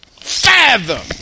fathom